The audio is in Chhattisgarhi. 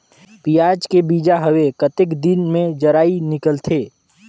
पियाज के बीजा हवे कतेक दिन मे जराई निकलथे?